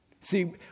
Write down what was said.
See